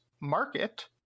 market